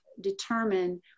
determine